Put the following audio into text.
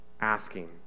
asking